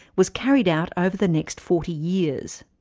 was carried out over the next forty years.